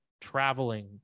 traveling